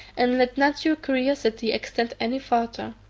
and let not your curiosity extend any farther.